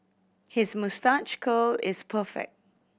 his moustache curl is perfect